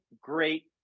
great